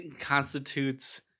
constitutes